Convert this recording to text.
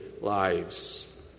lives